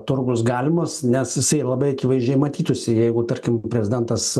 turgus galimas nes jisai labai akivaizdžiai matytųsi jeigu tarkim prezidentas